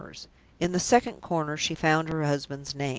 in the second corner she found her husband's name!